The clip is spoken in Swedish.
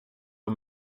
och